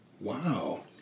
Wow